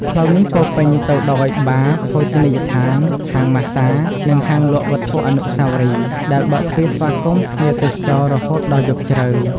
ផ្លូវនេះពោរពេញទៅដោយបារ ភោជនីយដ្ឋាន ហាងម៉ាស្សា និងហាងលក់វត្ថុអនុស្សាវរីយ៍ ដែលបើកទ្វារស្វាគមន៍ភ្ញៀវទេសចររហូតដល់យប់ជ្រៅ។